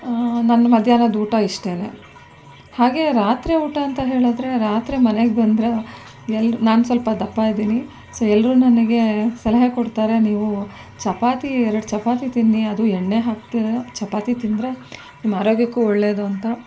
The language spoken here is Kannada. ನನ್ನ ಮಧ್ಯಾಹ್ನದ ಊಟ ಇಷ್ಟೇನೆ ಹಾಗೆ ರಾತ್ರಿ ಊಟ ಅಂತ ಹೇಳಿದ್ರೆ ರಾತ್ರಿ ಮನೆಗೆ ಬಂದರೆ ಎಲ್ರು ನಾನು ಸ್ವಲ್ಪ ದಪ್ಪ ಇದ್ದೀನಿ ಸೊ ಎಲ್ರೂ ನನಗೆ ಸಲಹೆ ಕೊಡ್ತಾರೆ ನೀವು ಚಪಾತಿ ಎರ್ಡು ಚಪಾತಿ ತಿನ್ನಿ ಅದು ಎಣ್ಣೆ ಹಾಕದಿರೋ ಚಪಾತಿ ತಿಂದರೆ ನಿಮ್ಮ ಆರೋಗ್ಯಕ್ಕೂ ಒಳ್ಳೆಯದು ಅಂತ